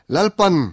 Lalpan